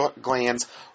glands